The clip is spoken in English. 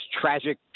tragic